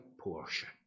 portion